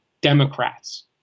democrats